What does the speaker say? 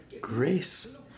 grace